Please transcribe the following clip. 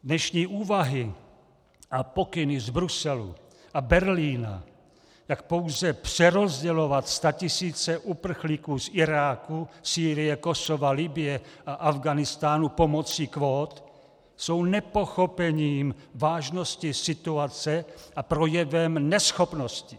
Dnešní úvahy a pokyny z Bruselu a Berlína tak pouze přerozdělovat statisíce uprchlíků z Iráku, Sýrie, Kosova, Libye a Afghánistánu pomocí kvót jsou nepochopením vážnosti situace a projevem neschopnosti.